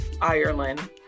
Ireland